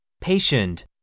Patient